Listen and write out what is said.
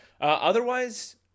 Otherwise